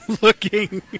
looking